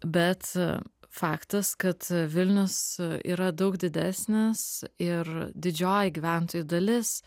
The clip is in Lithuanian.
bet faktas kad vilnius yra daug didesnis ir didžioji gyventojų dalis